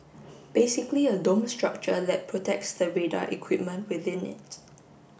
basically a dome structure that protects the radar equipment within it